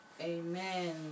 Amen